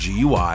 GUI